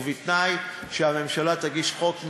בתנאי שהממשלה תגיש חוק משלה,